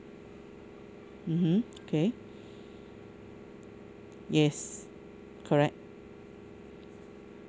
mmhmm K yes correct